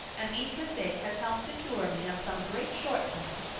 and each mistake has helped to cure me of some great shortcoming.